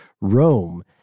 Rome